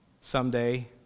someday